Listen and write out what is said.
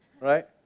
right